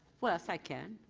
yes, i can.